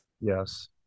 Yes